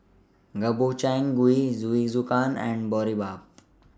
Gobchang Gui Jingisukan and Boribap